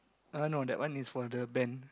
uh no that one is for the band